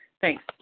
Thanks